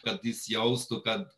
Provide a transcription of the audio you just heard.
kad jis jaustų kad